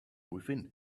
within